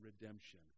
redemption